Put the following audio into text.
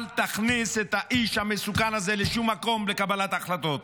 אל תכניס את האיש המסוכן הזה לשום מקום של קבלת החלטות.